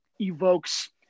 evokes